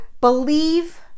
believe